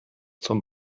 zum